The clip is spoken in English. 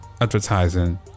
advertising